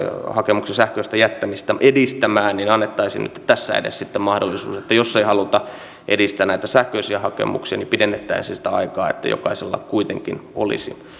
hakemuksen sähköistä jättämistä edistämään niin annettaisiin nyt tässä edes sitten mahdollisuus jos ei haluta edistää näitä sähköisiä hakemuksia niin pidennettäisiin sitä aikaa että jokaisella kuitenkin olisi